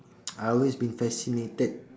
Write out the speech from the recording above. I always been fascinated